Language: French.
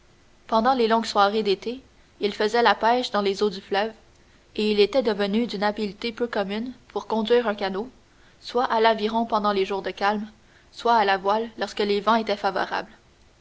pendant les longues soirées d'été il faisait la pêche dans les eaux du fleuve et il était devenu d'une habileté peu commune pour conduire un canot soit à l'aviron pendant les jours de calme soit à la voile lorsque les vents étaient favorables